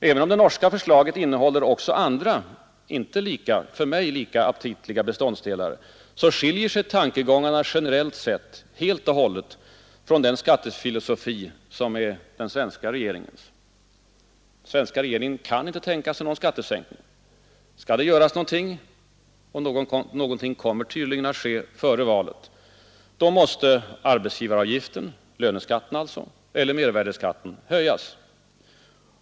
Även om det norska förslaget innehåller också andra, för mig inte lika aptitliga beståndsdelar, skiljer sig tankegångarna generellt sett helt och hållet från den svenska regeringens skattefilosofi. Den svenska regeringen kan inte tänka sig någon skattesänkning. Skall det göras något — och någonting kommer tydligen att ske före valet — så måste arbetsgivaravgiften, ”löneskatten” alltså, eller mervärdeskatten höjas.